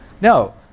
No